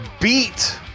beat